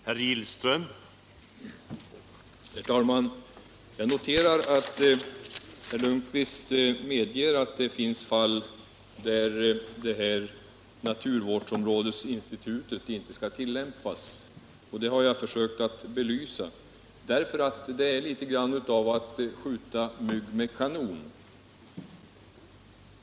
Herr talman! Jag noterar att herr Lundkvist medger att det finns fall där naturvårdsområdesinstitutet inte kan tillämpas. Det har jag försökt visa; det vore litet grand att ”skjuta mygg med kanon”.